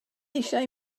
eisiau